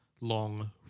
long